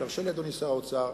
ותרשה לי, אדוני שר האוצר,